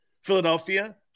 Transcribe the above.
Philadelphia